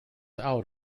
out